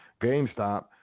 GameStop